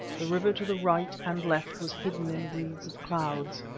the river to the right and left was hidden in wreaths of cloud,